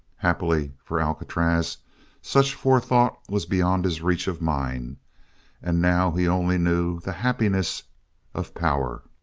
happily for alcatraz such forethought was beyond his reach of mind and now he only knew the happiness of power.